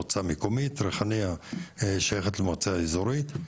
מקומית, ריחאניה שייכת למועצה האזורית,